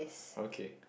okay